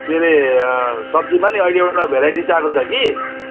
के अरे सब्जीमा नि अहिले एउटा भेराइटिज आएको छ कि